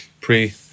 pre